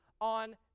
on